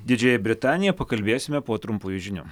didžiąją britaniją pakalbėsime po trumpųjų žinių